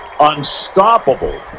unstoppable